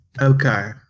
Okay